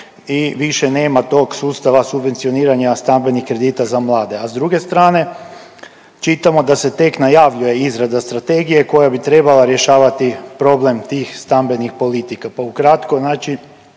i više nema tog sustava subvencioniranja stambenih kredita za mlade. A s druge strane čitamo da se tek najavljuje izrada strategije koja bi trebala rješavati problem tih stambenih politika,